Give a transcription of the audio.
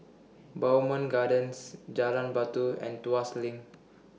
Bowmont Gardens Jalan Batu and Tuas LINK